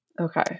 Okay